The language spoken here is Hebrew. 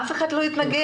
אף אחד לא התנגד.